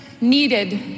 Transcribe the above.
needed